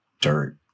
dirt